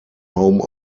home